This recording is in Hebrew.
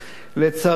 לצערנו,